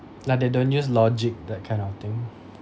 like they don't use logic that kind of thing